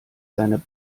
seine